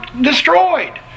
destroyed